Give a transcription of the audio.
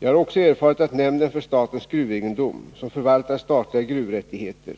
Jag har också erfarit att nämnden för statens gruvegendom, som förvaltar statliga gruvrättigheter,